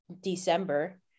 December